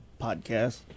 podcast